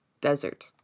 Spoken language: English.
desert